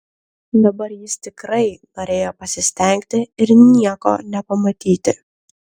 dabar jis tikrai norėjo pasistengti ir nieko nepamatyti